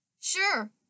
Sure